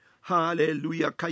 Hallelujah